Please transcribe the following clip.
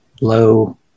low